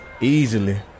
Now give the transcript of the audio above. easily